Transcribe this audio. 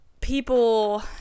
people